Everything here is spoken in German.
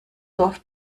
dorf